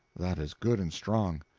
that is good and strong.